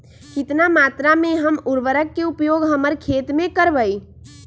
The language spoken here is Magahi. कितना मात्रा में हम उर्वरक के उपयोग हमर खेत में करबई?